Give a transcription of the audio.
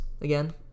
again